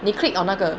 你 click on 那个